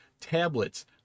tablets